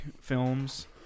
films